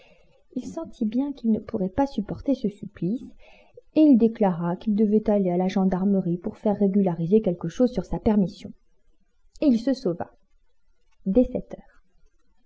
il sentit bien qu'il ne pourrait pas supporter ce supplice et il déclara qu'il devait aller à la gendarmerie pour faire régulariser quelque chose sur sa permission et il se sauva dès sept heures